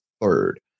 third